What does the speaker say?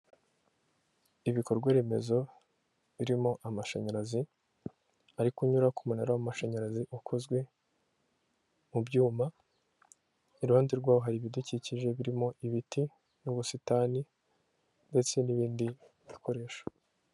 Ibikorwa remezo birimo amashanyarazi, ariko kunyura ku ku munara w'amashanyarazi ukozwe mu byuma, iruhande rw'aho hari ibidukikije birimo ibiti n'ubusitani ndetse n'ibindi bikoresho.